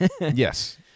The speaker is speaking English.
Yes